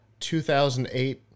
2008